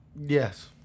Yes